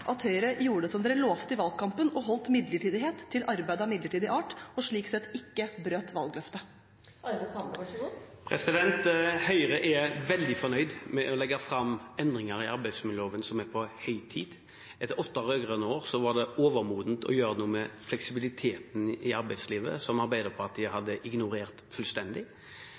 at Høyre gjorde som de lovte i valgkampen – forbeholdt midlertidighet til arbeid av midlertidig art, og slik sett ikke brøt valgløftet? Høyre er veldig fornøyd med å legge fram endringer i arbeidsmiljøloven – som er på høy tid. Etter åtte rød-grønne år var det overmodent å gjøre noe med fleksibiliteten i arbeidslivet, som Arbeiderpartiet